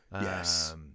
Yes